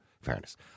fairness